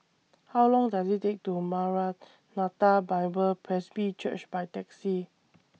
How Long Does IT Take to Maranatha Bible Presby Church By Taxi